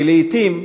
כי לעתים,